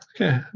okay